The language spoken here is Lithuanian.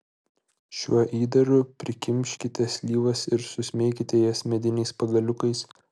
šiuo įdaru prikimškite slyvas ir susmeikite jas mediniais pagaliukais